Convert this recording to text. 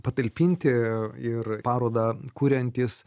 patalpinti ir parodą kuriantys